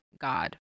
God